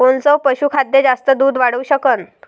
कोनचं पशुखाद्य जास्त दुध वाढवू शकन?